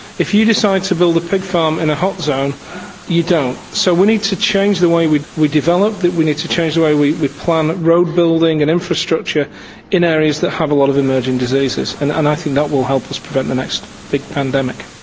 if you decide to build a pig farm in a hot zone you don't. so we need to change the way we we develop, we need to change the way we we plan road building and infrastructure in areas that have a lot of emerging diseases and and i think that will help us prevent the next big pandemic.